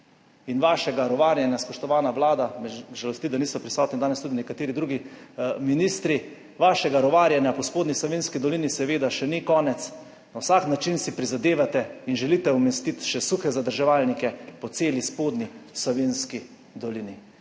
Vašega rovarjenja, spoštovana Vlada, me žalosti, da niso prisotni danes tudi nekateri drugi ministri, vašega rovarjenja po Spodnji Savinjski dolini seveda še ni konec. Na vsak način si prizadevate in želite umestiti še suhe zadrževalnike po celi Spodnji Savinjski dolini